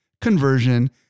conversion